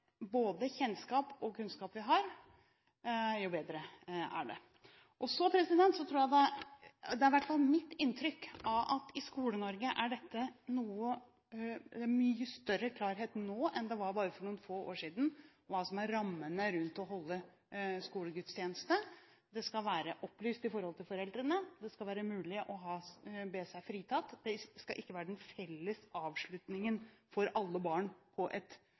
både kjennskap og kunnskap man har, jo bedre er det. Så er det i hvert fall mitt inntrykk at det er mye større klarhet i Skole-Norge nå enn det var for bare noen få år siden om hva som er rammene rundt det å holde en skolegudstjeneste. Det skal være opplyst for foreldrene, det skal være mulig å be seg fritatt, og det skal ikke være den felles avslutningen for alle barn på et